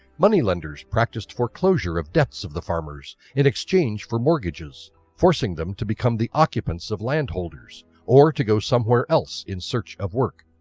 moneylenders practiced foreclosure of debts of the farmers in exchange for mortgages forcing them to become the occupants of landholders or to go somewhere else in search of work.